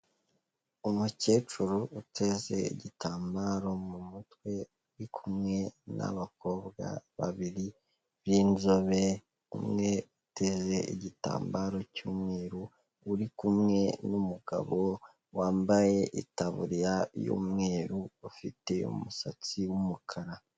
Umukecuru uteze igitambaro mu mutwe, ari kumwe n'abakobwa babiri b'inzobe, umwe uteze igitambaro cy'umweru uri kumwe n'umugabo wambaye itaburiya y'umweru, ufite umusatsi w'umukara.